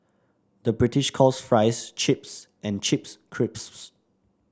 the British calls fries chips and chips crisps